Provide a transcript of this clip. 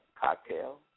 cocktail